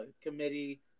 committee